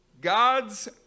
God's